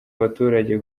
abaturage